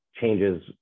changes